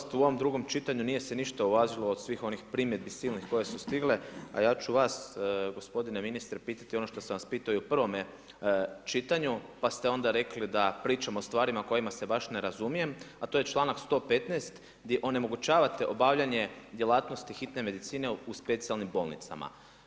Nažalost, u ovom drugom čitanju nije se ništa uvažilo od svih onih primjedbi silnih koje su stigle a ja ću vas gospodine ministre pitati i ono što sam vas pitao i u prvom čitanju, pa ste onda rekli da pričamo o stvarima o kojima se baš ne razumijem, a to je članak 115. gdje onemogućavate obavljanje djelatnosti hitne medicine u specijalnim bolnicama.